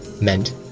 meant